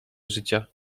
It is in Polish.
życia